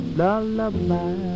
lullaby